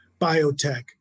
biotech